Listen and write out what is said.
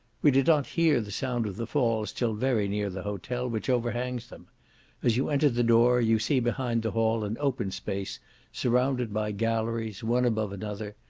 we did not hear the sound of the falls till very near the hotel, which overhangs them as you enter the door you see behind the hall an open space surrounded by galleries, one above another,